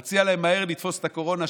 אני מציע להם מהר לתפוס את הקורונה,